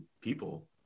people